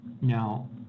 Now